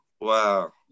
Wow